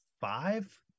five